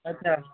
ଆଚ୍ଛା